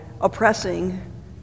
oppressing